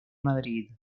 madrid